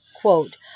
quote